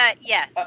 yes